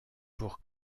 pour